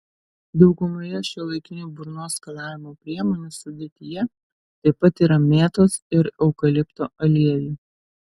daugumoje šiuolaikinių burnos skalavimo priemonių sudėtyje taip pat yra mėtos ir eukalipto aliejų